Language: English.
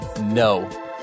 no